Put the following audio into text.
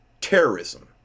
terrorism